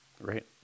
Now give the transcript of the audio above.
Right